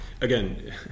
again